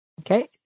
Okay